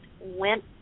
went